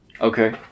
Okay